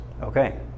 Okay